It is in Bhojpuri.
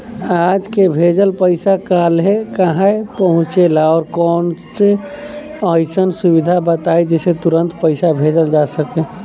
आज के भेजल पैसा कालहे काहे पहुचेला और कौनों अइसन सुविधा बताई जेसे तुरंते पैसा भेजल जा सके?